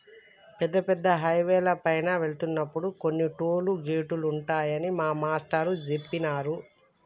పెద్ద పెద్ద హైవేల పైన వెళ్తున్నప్పుడు కొన్ని టోలు గేటులుంటాయని మా మేష్టారు జెప్పినారు